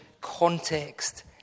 context